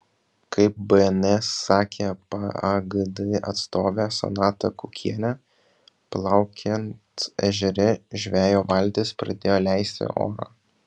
kaip bns sakė pagd atstovė sonata kukienė plaukiant ežere žvejo valtis pradėjo leisti orą